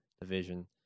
division